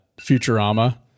Futurama